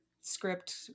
script